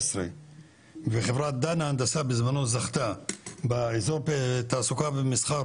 וחברת דנה הנדסה בזמנו זכתה באזור תעסוקה ומסחר,